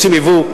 עושים ייבוא.